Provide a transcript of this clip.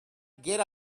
get